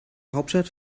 hauptstadt